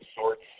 sorts